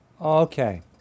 Okay